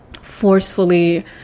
forcefully